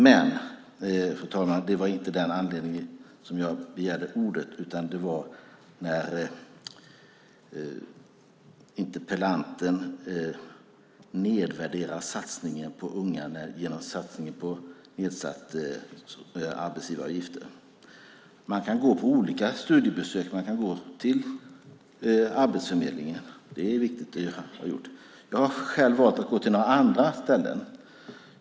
Det var dock inte av den anledningen jag begärde ordet, utan det var när interpellanten nedvärderade satsningen på unga genom satsningen på nedsatta arbetsgivaravgifter. Man kan gå på olika studiebesök. Man kan gå till Arbetsförmedlingen. Det är viktigt. Jag har själv valt att gå till några andra ställen.